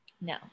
No